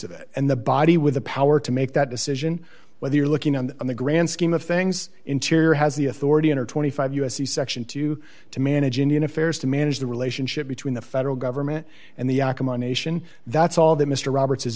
of it and the body with the power to make that decision whether you're looking on in the grand scheme of things interior has the authority under twenty five dollars u s c section two to manage indian affairs to manage the relationship between the federal government and the acrimony that's all that mr roberts is